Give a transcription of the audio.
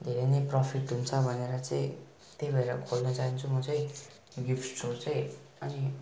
धेरै नै प्रफिट हुन्छ भनेर चाहिँ त्यही भएर खोल्न चाहन्छु म चाहिँ गिफ्टहरू चाहिँ अनि